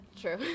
true